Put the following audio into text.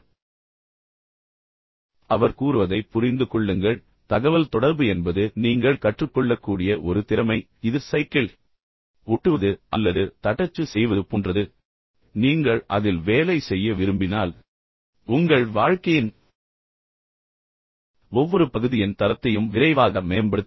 ஆனால் அவர் கூறுவதைப் புரிந்து கொள்ளுங்கள் தகவல் தொடர்பு என்பது நீங்கள் கற்றுக்கொள்ளக்கூடிய ஒரு திறமை இது சைக்கிள் ஓட்டுவது அல்லது தட்டச்சு செய்வது போன்றது நீங்கள் அதில் வேலை செய்ய விரும்பினால் உங்கள் வாழ்க்கையின் ஒவ்வொரு பகுதியின் தரத்தையும் விரைவாக மேம்படுத்த முடியும்